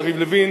יריב לוין,